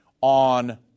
on